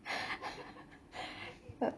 uh